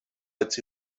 als